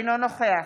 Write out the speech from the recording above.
אינו נוכח